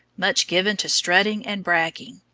much given to strutting and bragging.